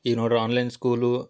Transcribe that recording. ಈಗ ನೋಡ್ರಿ online school